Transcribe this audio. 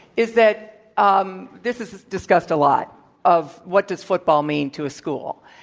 is that um this is is discussed a lot of what does football mean to a school.